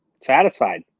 Satisfied